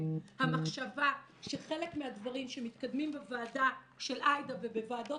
המחשבה שחלק מהדברים שמתקדמים בוועדה של עאידה ובוועדות